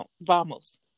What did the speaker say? vamos